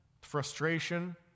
frustration